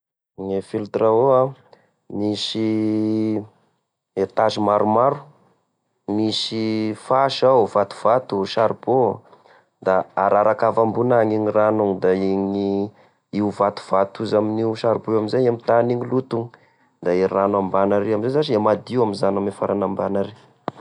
Gne filtre eau an! Misy etage maromaro misy fasy ao vatovato, charbon, da araraka avy ambony agny igny rano igny; da igny, io vatovato izy amin'io charbon io amizay emitagna igny loto io, da e rano ambany ary amizay zasy e madio mizano ame farany ambany ary.